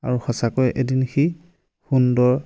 আৰু সঁচাকৈয়ে এদিন সি সুন্দৰ